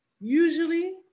usually